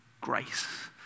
grace